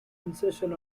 insertion